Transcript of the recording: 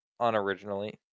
unoriginally